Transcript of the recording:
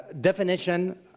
definition